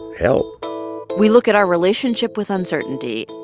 help we look at our relationship with uncertainty.